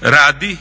radi